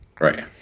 Right